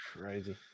Crazy